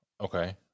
Okay